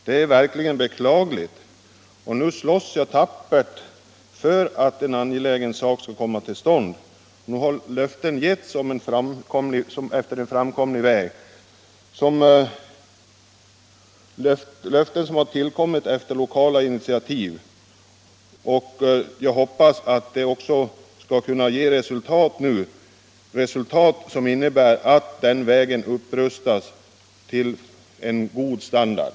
Detta är verkligen beklagligt, och nu slåss jag tappert för att en angelägen sak skall komma till stånd. Löften har nu getts om en framkomlig väg — löften som har tillkommit efter lokala initiativ — och jag hoppas att de också skall leda till att vägen upprustas till en god standard.